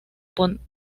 pondrá